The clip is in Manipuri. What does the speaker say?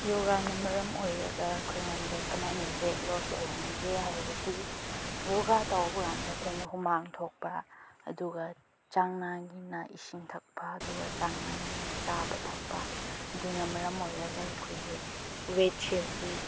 ꯌꯣꯒꯥꯅ ꯃꯔꯝ ꯑꯣꯏꯔꯒ ꯑꯩꯈꯣꯏꯉꯣꯟꯗ ꯀꯃꯥꯏꯅ ꯋꯦꯠ ꯂꯣꯁ ꯑꯣꯏꯍꯟꯒꯦ ꯍꯥꯏꯔꯕꯗꯤ ꯌꯣꯒꯥ ꯇꯧꯕ ꯀꯥꯟꯗ ꯑꯩꯈꯣꯏꯅ ꯍꯨꯃꯥꯡ ꯊꯣꯛꯄ ꯑꯗꯨꯒ ꯆꯥꯡ ꯅꯥꯏꯅ ꯏꯁꯤꯡ ꯊꯛꯄ ꯑꯗꯨꯒ ꯆꯥꯡ ꯅꯥꯏꯅ ꯆꯥꯕ ꯊꯛꯄ ꯑꯗꯨꯅ ꯃꯔꯝ ꯑꯣꯏꯔꯒ ꯑꯩꯈꯣꯏꯒꯤ ꯋꯦꯠ ꯁꯦꯜꯁꯨ